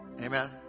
Amen